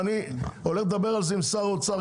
ואני הולך לדבר על זה גם עם שר האוצר.